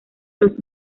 los